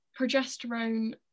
progesterone